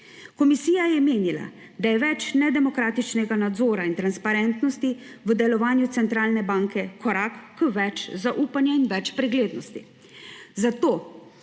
Komisija je menila, da je več nedemokratičnega nadzora in transparentnosti v delovanju centralne banke korak k več zaupanja in več preglednosti.